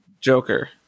Joker